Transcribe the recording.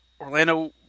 Orlando